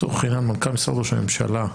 לצורך העניין מנכ"ל משרד ראש הממשלה,